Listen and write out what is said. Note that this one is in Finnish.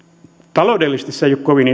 taloudellisesti ole kovin